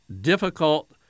difficult